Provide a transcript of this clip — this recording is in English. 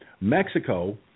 Mexico